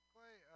Clay